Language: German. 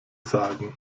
sagen